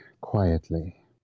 quietly